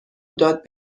داد